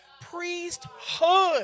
priesthood